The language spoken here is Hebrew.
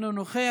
אינו נוכח,